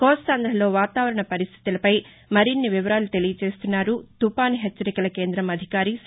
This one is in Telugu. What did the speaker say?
కోస్తాంధలో వాతావరణ పరిస్టితులపై మరిన్ని వివరాలు తెలియచేస్తున్నారు తుపాను హెచ్చరికల కేందం అధికారి సి